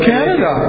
Canada